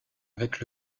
avec